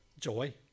joy